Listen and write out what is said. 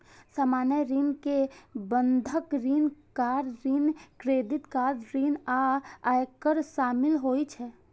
सामान्य ऋण मे बंधक ऋण, कार ऋण, क्रेडिट कार्ड ऋण आ आयकर शामिल होइ छै